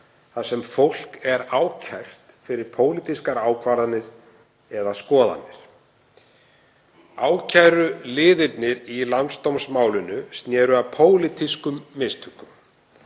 þar sem fólk er ákært fyrir pólitískar ákvarðanir eða skoðanir. Ákæruliðirnir í landsdómsmálinu sneru að pólitískum mistökum.